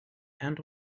and